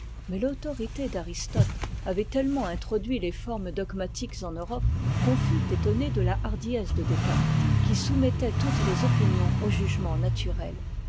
mais l'autorité d'aristote avait tellement introduit les formes dogmatiques en europe qu'on fut étonné de la hardiesse de descartes qui soumettait toutes les opinions au jugement naturel